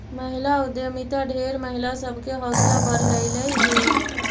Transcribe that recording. महिला उद्यमिता ढेर महिला सब के हौसला बढ़यलई हे